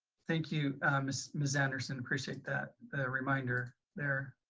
thank you miss miss anderson. appreciate that reminder there.